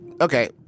okay